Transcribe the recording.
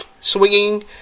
Swinging